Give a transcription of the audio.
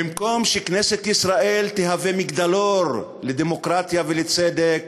במקום שכנסת ישראל תהיה מגדלור לדמוקרטיה ולצדק,